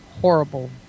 horrible